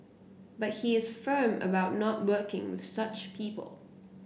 but he is firm about not working with such people